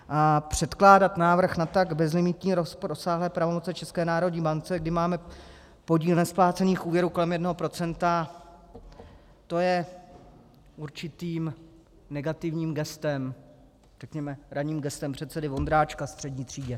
A předkládat návrh na tak bezlimitní rozsáhlé pravomoce České národní bance, kdy máme podíl nesplácených úvěrů kolem jednoho procenta, to je určitým negativním gestem řekněme ranním gestem předsedy Vondráčka střední třídě.